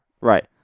Right